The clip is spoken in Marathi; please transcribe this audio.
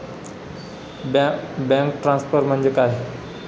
बँक ट्रान्सफर म्हणजे काय?